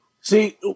See